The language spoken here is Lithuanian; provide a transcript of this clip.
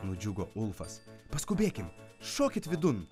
nudžiugo ulfas paskubėkim šokit vidun